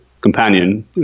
companion